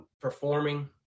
performing